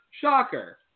Shocker